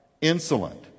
insolent